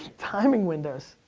timing windows.